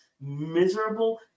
miserable